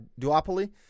duopoly